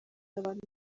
abantu